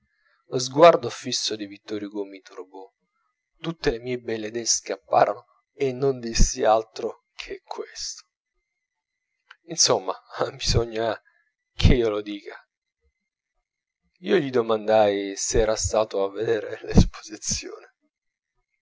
lo sguardo fisso di vittor hugo mi turbò tutte le mie belle idee scapparono e non dissi altro che questo insomma bisogna ch'io lo dica io gli domandai se era stato a vedere l'esposizione